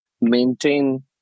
maintain